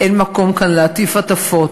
אין מקום כאן להטיף הטפות.